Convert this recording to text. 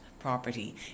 property